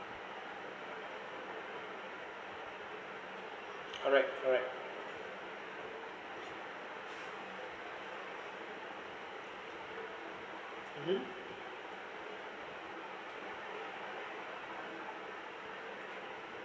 correct correct mmhmm